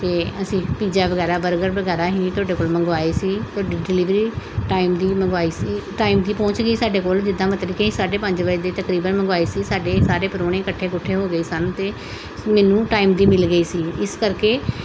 ਅਤੇ ਅਸੀਂ ਪੀਜਾ ਵਗੈਰਾ ਬਰਗਰ ਵਗੈਰਾ ਅਸੀਂ ਤੁਹਾਡੇ ਕੋਲ ਮੰਗਵਾਏ ਸੀ ਤੁਹਾਡੀ ਡਿਲੀਵਰੀ ਟਾਈਮਲੀ ਮੰਗਵਾਈ ਸੀ ਟਾਈਮ 'ਤੇ ਪਹੁੰਚ ਗਈ ਸਾਡੇ ਕੋਲ ਜਿੱਦਾਂ ਮਤਲਬ ਕਿ ਸਾਢੇ ਪੰਜ ਵਜੇ ਦੇ ਤਕਰੀਬਨ ਮੰਗਵਾਈ ਸੀ ਸਾਡੇ ਸਾਰੇ ਪਰਾਹੁਣੇ ਇਕੱਠੇ ਕੁੱਠੇ ਹੋ ਗਏ ਸਨ ਅਤੇ ਮੈਨੂੰ ਟਾਈਮ 'ਤੇ ਮਿਲ ਗਈ ਸੀ ਇਸ ਕਰਕੇ